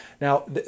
Now